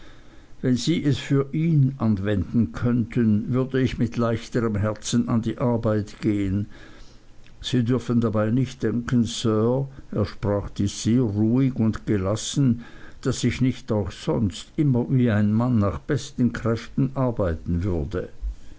wenn sie es für ihn anwenden könnten würde ich mit leichterem herzen an die arbeit gehen sie dürfen dabei nicht denken sir er sprach dies sehr ruhig und gelassen daß ich nicht auch sonst immer wie ein mann nach besten kräften arbeiten würde